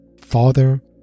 father